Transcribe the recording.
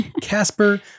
Casper